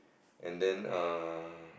and then err